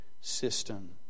system